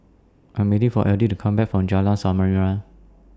I'm waiting For Eddie to Come Back from Jalan Samarinda